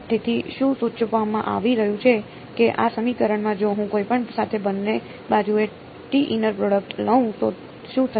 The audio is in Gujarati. તેથી શું સૂચવવામાં આવી રહ્યું છે કે આ સમીકરણમાં જો હું કોઈપણ સાથે બંને બાજુએ ઈનર પ્રોડક્ટ લઉં તો શું થશે